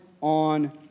on